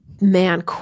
man